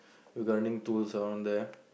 with gardening tools around there